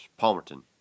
Palmerton